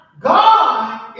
God